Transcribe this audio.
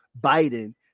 biden